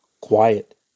Quiet